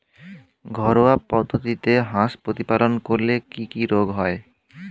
ঘরোয়া পদ্ধতিতে হাঁস প্রতিপালন করলে কি কি রোগ হয়?